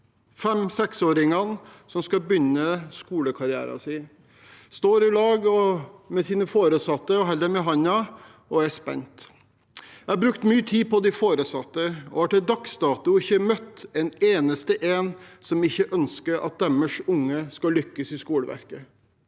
fem–seks-åringene som skal begynne skolekarrieren sin. De står sammen med sine foresatte, holder dem i hånden og er spente. Jeg har brukt mye tid på de foresatte og har til dags dato ikke møtt en eneste en som ikke ønsker at deres barn skal lykkes i skoleverket.